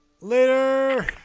Later